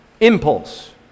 Impulse